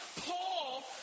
Paul